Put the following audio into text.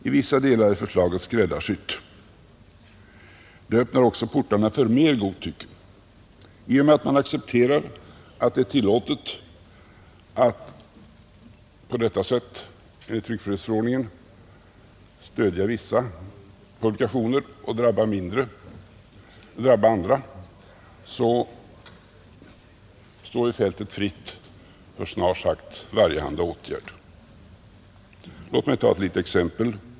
I vissa delar är förslaget skräddarsytt. Det öppnar också portarna för mer godtycke. I och med att man accepterar att det är tillåtet enligt tryckfrihetsförordningen att på detta sätt stödja vissa publikationer och drabba andra står fältet fritt för snart sagt varjehanda åtgärd. Låt mig ta ett exempel.